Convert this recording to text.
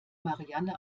marianne